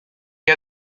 que